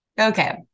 Okay